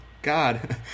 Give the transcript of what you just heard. God